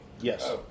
Yes